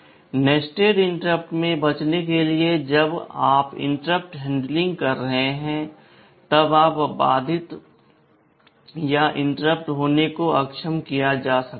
nested interrupt से बचने के लिए जब आप इंटरप्ट हैंडलिंग कर रहे हैं तब बाधित होने को अक्षम किया जा सकता है